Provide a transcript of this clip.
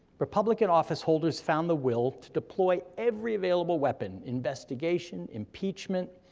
republican office holders found the will to deploy every available weapon investigation, impeachment,